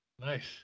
Nice